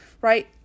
right